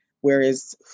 Whereas